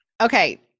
Okay